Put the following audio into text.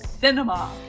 cinema